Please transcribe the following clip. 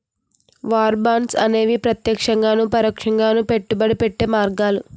war bonds అనేవి ప్రత్యక్షంగాను పరోక్షంగాను పెట్టుబడి పెట్టే మార్గాలు